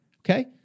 Okay